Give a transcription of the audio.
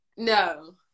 No